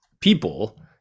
people